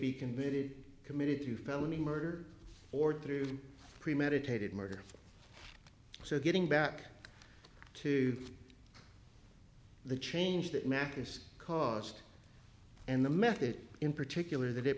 be committed committed to felony murder or through premeditated murder so getting back to the change that math is caused and the method in particular that it